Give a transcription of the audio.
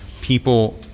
people